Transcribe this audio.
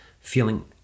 feeling